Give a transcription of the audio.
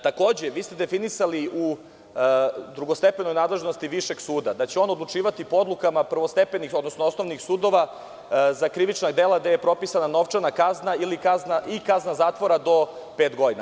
Takođe, vi ste definisali u drugostepenoj nadležnosti višeg suda da će on odlučivati po odlukama prvostepenih, odnosno osnovnih sudova za krivična dela gde je propisana novčana kazna i kazna zatvora do pet godina.